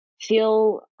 feel